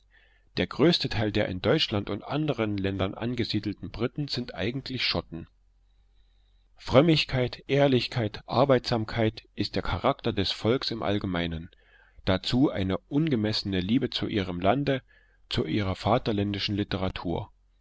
der größte teil der in deutschland und anderen ländern angesiedelten briten sind eigentlich schotten frömmigkeit ehrlichkeit arbeitsamkeit ist der charakter des volks im allgemeinen dazu eine ungemessene liebe zu ihrem lande zu ihrer vaterländischen literatur